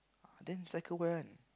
then cycle where one